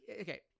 okay